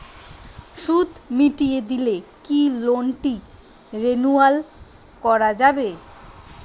সুদ মিটিয়ে দিলে কি লোনটি রেনুয়াল করাযাবে?